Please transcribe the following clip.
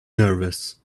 nervous